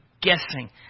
guessing